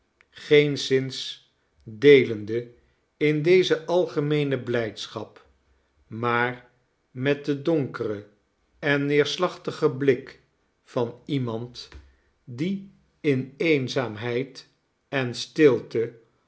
geenszins deelende in deze algemeene blijdschap maar met den donkeren en neerslachtigen blik van iemand die in eenzaamheid en stilte